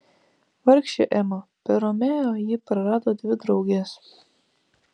vargšė ema per romeo ji prarado dvi drauges